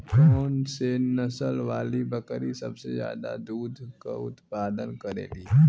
कौन से नसल वाली बकरी सबसे ज्यादा दूध क उतपादन करेली?